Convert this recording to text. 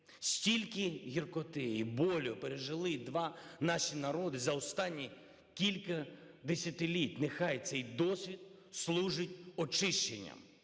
Стільки гіркоти і болю пережили два наші народи за останні кілька десятиліть. Нехай цей досвід служить очищенням,